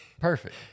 perfect